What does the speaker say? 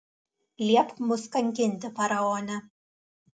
liepk mus kankinti faraone